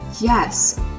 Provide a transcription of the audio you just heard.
Yes